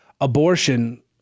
abortion